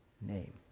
name